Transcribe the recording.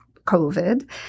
COVID